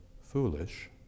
foolish